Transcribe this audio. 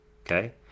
Okay